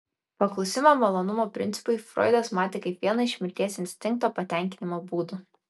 paklusimą malonumo principui froidas matė kaip vieną iš mirties instinkto patenkinimo būdų